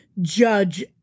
judge